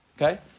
Okay